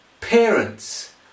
parents